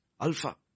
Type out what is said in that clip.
Alpha